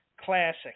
Classic